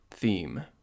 theme